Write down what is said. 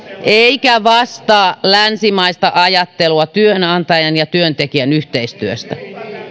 eikä vastaa länsimaista ajattelua työnantajan ja työntekijän yhteistyöstä